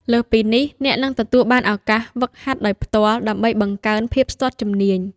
លើសពីនេះ អ្នកនឹងទទួលបានឱកាសហ្វឹកហាត់ដោយផ្ទាល់ ដើម្បីបង្កើនភាពស្ទាត់ជំនាញ។